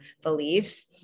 beliefs